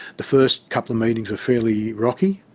the first couple of meetings were fairly rocky,